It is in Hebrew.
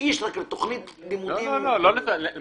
האיש רק לתוכנית לימודים --- מה שהתכוונתי